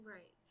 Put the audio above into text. Right